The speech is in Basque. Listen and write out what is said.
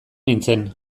nintzen